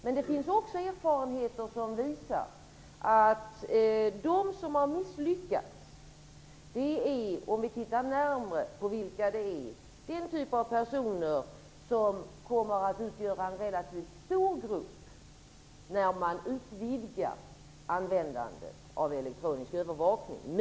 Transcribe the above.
Men det finns också erfarenheter som visar att de som har misslyckats är den typ av personer som kommer att utgöra en relativt stor grupp när användandet av elektronisk övervakning utvidgas.